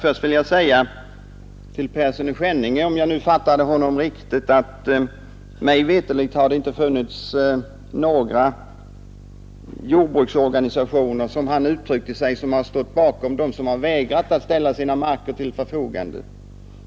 Först vill jag säga till herr Persson i Skänninge, att det mig veterligt inte har funnits några jordbruksorganisationer vilka, som han uttryckte sig, om jag fattade honom riktigt, har stått bakom dem som har vägrat att ställa sin mark till förfogande för utläggning av provytor.